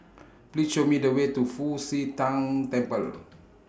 Please Show Me The Way to Fu Xi Tang Temple